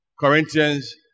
Corinthians